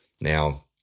now